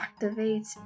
activates